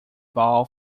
ball